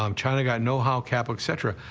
um china got know-how, capital, et cetera.